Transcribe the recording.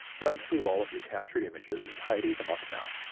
run through all of your captured images and tidy them up now.